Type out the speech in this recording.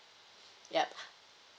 yup